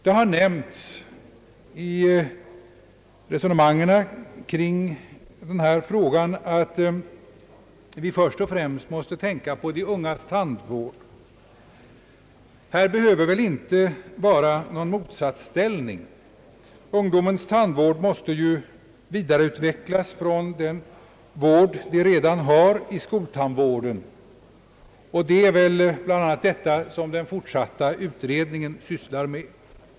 Det har nämnts i resonemangen kring denna fråga att vi först och främst måste tänka på de ungas tandvård. Här behöver det väl inte vara fråga om någon motsatsställning. Ungdomens tandvård måste vidareutvecklas från den vård ungdomen redan har inom skoltandvården. Det är väl bl.a. detta som den fortsatta utredningen sysslar med.